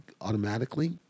automatically